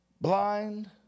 Blind